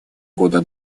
года